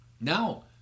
Now